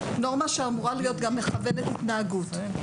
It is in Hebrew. נורמה שאמורה להיות גם מכבדת התנהגות.